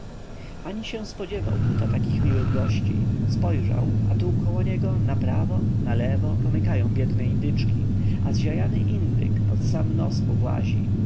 ani się spodziewał buta takich miłych gości spojrzał a tu koło niego na prawo na lewo pomykają biedne indyczki a zziajany indyk pod sam nos mu włazi